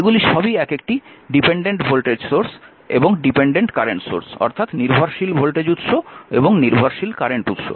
এগুলি সবই এক একটি নির্ভরশীল ভোল্টেজ উৎস এবং নির্ভরশীল কারেন্ট উৎস